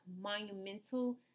monumental